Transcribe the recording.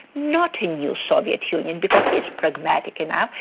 not a new soviet union because he is pragmatic enough,